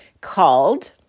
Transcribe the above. called